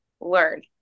learn